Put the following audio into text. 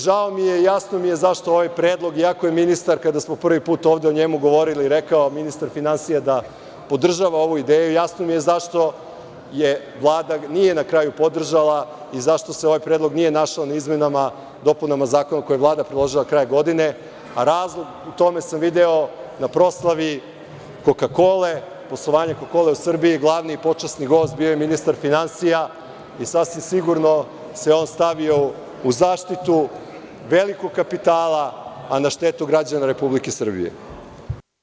Žao mi je i jasno mi je zašto ovaj predlog, iako je ministar finansija kada smo prvi put ovde o njemu govorili rekao da podržava ovu ideju, jasno mi je zašto je Vlada nije na kraju podržala i zašto se ovaj predlog nije našao u izmenama i dopunama zakona koje je Vlada predložila krajem godine, a razlog u tome sam video na proslavi „Koka-kole“, gde je glavni i počasni gost bio ministar finansija i sasvim sigurno se on stavio u zaštitu velikog kapitala, a na štetu građana Republike Srbije.